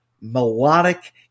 melodic